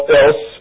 else